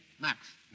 Max